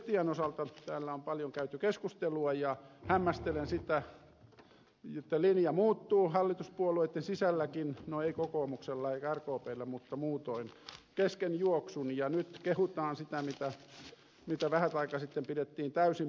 destian osalta täällä on paljon käyty keskustelua ja hämmästelen sitä että linja muuttuu hallituspuolueitten sisälläkin no ei kokoomuksella eikä rkpllä mutta muutoin kesken juoksun ja nyt kehutaan sitä mitä vähän aikaa sitten pidettiin täysin mahdottomana